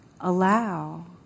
Allow